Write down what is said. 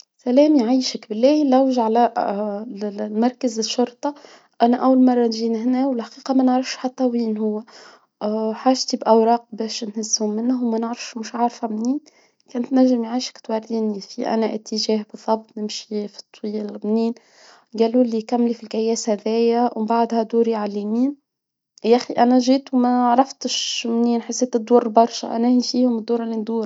سلام يعيشك بالله نلوج على مركز الشرطة، أنا أول مرة نجي لهنا والحقيقة ما نعرفش حتى وين هو، حاجتي بأوراق باش نهزهم منهم ومانعرفش، ومش عارفة منين، كان تنجم يعيشك توريني في آنه اتجاه بالضبط نمشي في الطويل منين، ڨالوا لي كملي في الكياص هاذايا، ومن بعدها دوري على اليمين، يا أخي أنا جيت وماعرفتش منين حسيت الدور برشا، آنه هي فيهم الدورة إللي ندورها؟.